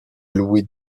louis